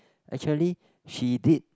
actually she did